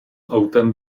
autem